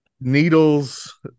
needles